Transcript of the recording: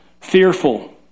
fearful